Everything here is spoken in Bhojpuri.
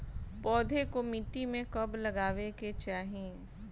पौधे को मिट्टी में कब लगावे के चाही?